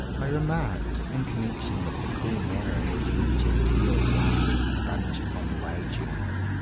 i remarked, in connection with the cool manner in which we genteel classes sponge upon the wage-earners,